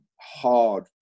hard